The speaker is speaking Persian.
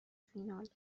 فینال